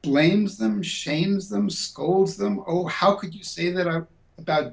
blames them shames them scolds them oh how could you say that are about